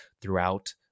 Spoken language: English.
throughout